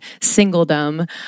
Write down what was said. singledom